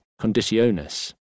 Conditionis